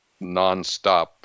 nonstop